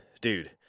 dude